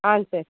ஆ சரி